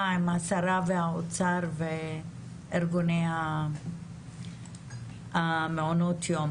עם השרה והאוצר וארגוני מעונות היום.